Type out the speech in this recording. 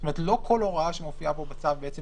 כלומר, לא כל הוראה שמופיעה פה בצו בעצם